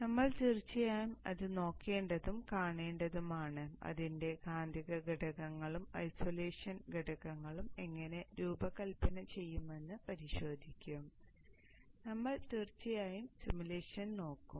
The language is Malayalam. അതിനാൽ നമ്മൾ തീർച്ചയായും അത് നോക്കേണ്ടതും കാണേണ്ടതുമാണ് അതിന്റെ കാന്തിക ഘടകങ്ങളും ഐസൊലേഷൻ ഘടകങ്ങളും എങ്ങനെ രൂപകൽപന ചെയ്യുമെന്ന് പരിശോധിക്കും നമ്മൾ തീർച്ചയായും സിമുലേഷൻ നോക്കും